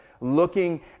looking